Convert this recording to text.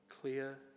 clear